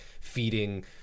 feeding